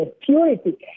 purity